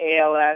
ALS